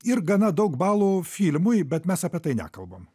ir gana daug balų filmui bet mes apie tai nekalbam